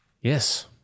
Yes